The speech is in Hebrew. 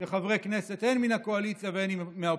כחברי כנסת, הן מהקואליציה והן מהאופוזיציה.